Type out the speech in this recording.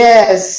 Yes